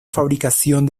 fabricación